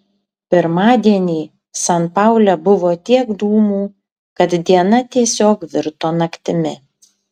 pirmadienį san paule buvo tiek dūmų kad diena tiesiog virto naktimi